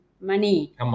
money